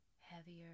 heavier